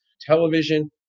television